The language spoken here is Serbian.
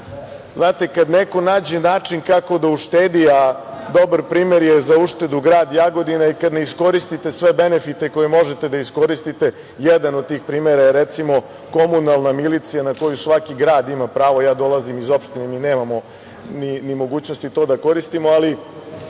Znate, kada neko nađe način kako da uštedi, a dobar primer je za uštedu grad Jagodina i kada ne iskoristite sve benefite koje možete da iskoristite, a jedan od tih primera je recimo, komunalna milicija na koju svaki grad ima pravo. Ja dolazim iz opštine, mi nemamo ni mogućnosti da to koristimo, ali